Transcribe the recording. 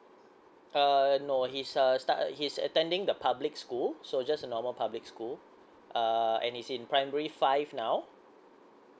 err no he's a start he's attending the public school so just a normal public school uh and he is in primary five now